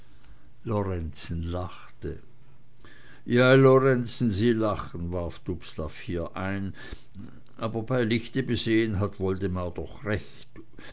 lorenzen lachte ja lorenzen sie lachen warf dubslav hier ein aber bei lichte besehen hat woldemar doch recht